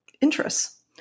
interests